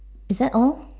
is that all